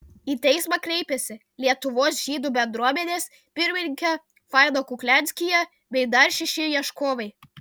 į teismą kreipėsi lietuvos žydų bendruomenės pirmininkė faina kuklianskyje bei dar šeši ieškovai